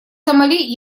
сомали